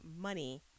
money